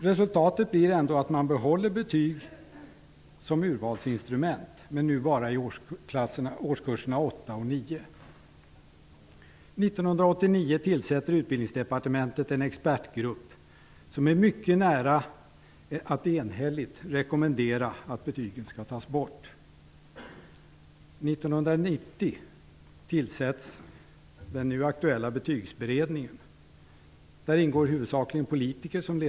Resultatet blev ändå att betygen behölls som ett urvalsinstrument men bara i årskurserna 8 och 9. År 1989 tillsatte Utbildningsdepartementet en expertgrupp. Den var mycket nära att enhälligt rekommendera att betygen skulle tas bort. År 1990 tillsattes den nu aktuella Betygsberedningen. I den ingår huvudsakligen politiker.